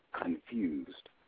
confused